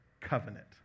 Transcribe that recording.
covenant